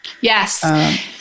Yes